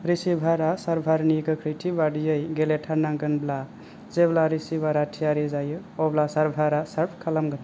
रिसीभारा सार्भारनि गोख्रैथि बायदियै गेलेथारनांगोनब्लाबो जेब्ला रिसीभारा थियारि जायो अब्ला सार्भारा सार्भ खालामगोन